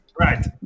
Right